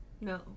No